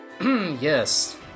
Yes